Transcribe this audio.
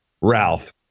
Ralph